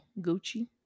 Gucci